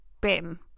bim